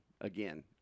again